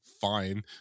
Fine